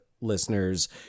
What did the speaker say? listeners